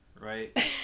right